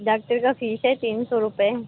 doctor का fees है तीन सौ रूपए